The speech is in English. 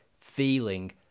feeling